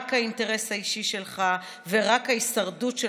רק האינטרס האישי שלך ורק ההישרדות שלך.